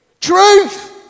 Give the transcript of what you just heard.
Truth